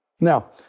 Now